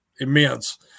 immense